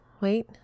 wait